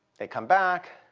they come back,